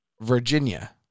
Virginia